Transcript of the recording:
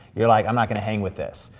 you're like, i'm not gonna hang with this.